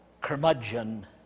curmudgeon